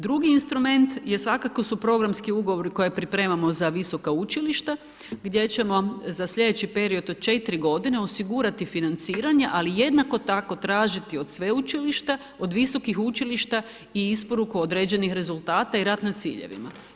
Drugi instrument je svakako su programski ugovori koji pripremamo za visoka učilišta, gdje ćemo za sljedeći period od 4 g. osigurati financiranja, ali jednako tako tražiti od sveučilišta, od visokih učilišta i isporuku određenih rezultata i rad na ciljevima.